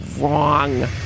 wrong